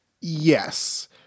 Yes